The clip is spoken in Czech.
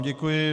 Děkuji.